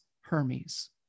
Hermes